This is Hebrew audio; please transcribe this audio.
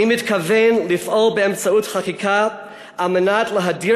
אני מתכוון לפעול באמצעות חקיקה על מנת להדיר